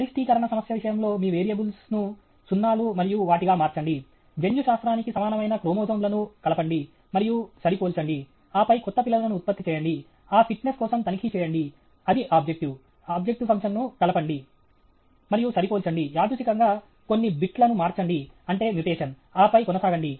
గరిష్టీకరణ సమస్య విషయంలో మీ వేరియబుల్స్ను సున్నాలు మరియు వాటిగా మార్చండి జన్యుశాస్త్రానికి సమానమైన క్రోమోజోమ్ లను కలపండి మరియు సరిపోల్చండి ఆపై కొత్త పిల్లలను ఉత్పత్తి చేయండి ఆ ఫిట్నెస్ కోసం తనిఖీ చేయండి అది ఆబ్జెక్టివ్ ఫంక్షన్ ను కలపండి మరియు సరిపోల్చండి యాదృచ్ఛికంగా కొన్ని బిట్ లను మార్చండి అంటే మ్యుటేషన్ ఆపై కొనసాగండి